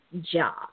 job